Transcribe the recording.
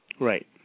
Right